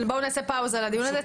בואו נעשה הפסקה בדיון הזה.